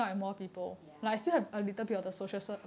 ya